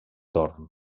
torn